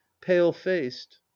pale-faced